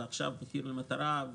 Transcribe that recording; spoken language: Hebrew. ועכשיו מחיר מטרה,